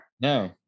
No